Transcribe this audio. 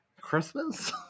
Christmas